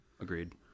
Agreed